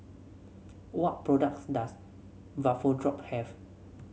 what products does Vapodrop have